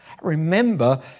Remember